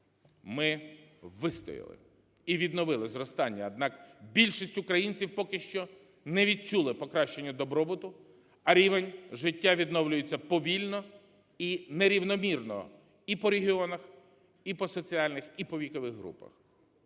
Ми вистояли і відновили зростання. Однак більшість українців поки що не відчули покращення добробуту, а рівень життя відновлюється повільно і нерівномірно і по регіонах, і по соціальних, і по вікових групах,